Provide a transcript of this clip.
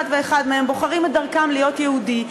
ואחד מהם בוחרים את דרכם להיות יהודים.